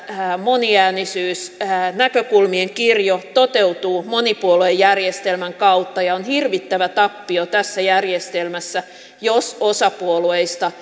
moniäänisyysnäkökulmien kirjo toteutuu monipuoluejärjestelmän kautta ja on hirvittävä tappio tässä järjestelmässä jos osa puolueista